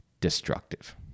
destructive